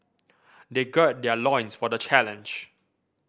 they gird their loins for the challenge